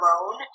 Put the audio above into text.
alone